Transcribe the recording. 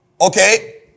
Okay